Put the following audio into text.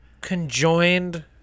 Conjoined